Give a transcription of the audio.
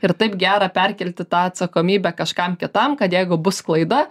ir taip gera perkelti tą atsakomybę kažkam kitam kad jeigu bus klaida